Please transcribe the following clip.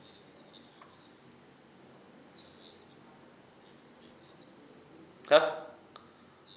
!huh!